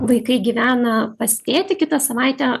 vaikai gyvena pas tėtį kitą savaitę